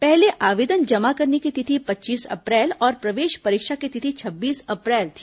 पहले आवेदन जमा करने की तिथि पच्चीस अप्रैल और प्रवेश परीक्षा की तिथि छब्बीस अप्रैल थी